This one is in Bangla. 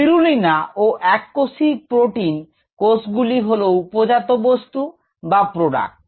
স্পিরুলিনা ও এককোষী প্রোটিন কোষগুলি হলো উপজাত বস্তু বা প্রোডাক্ট